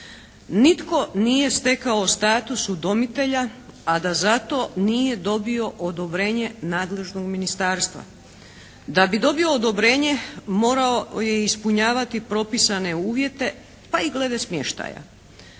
nitko nije stekao status udomitelja a da za to nije dobio odobrenje nadležnog ministarstva. Da bi dobio odobrenje morao je ispunjavati propisane uvjete pa i glede smještaja.